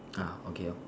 ah okay lor